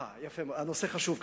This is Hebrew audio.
הנושא חשוב כנראה.